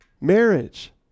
marriage